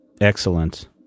Excellent